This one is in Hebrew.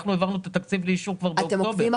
אנחנו העברנו את התקציב לאישור כבר באוקטובר.